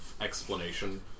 explanation